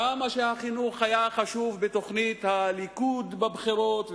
עד כמה החינוך היה חשוב בתוכנית הליכוד בבחירות,